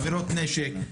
עבירות נשק,